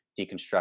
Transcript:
deconstruct